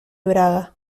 braga